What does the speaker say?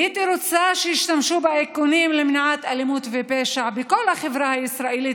הייתי רוצה שישתמשו באיכונים למניעת אלימות ופשע בכל החברה הישראלית,